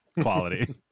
quality